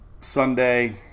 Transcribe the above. Sunday